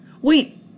Wait